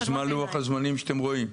אז מה לוח הזמנים שאתם רואים?